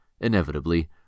inevitably